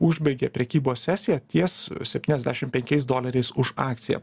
užbaigė prekybos sesiją ties septyniasdešim penkiais doleriais už akciją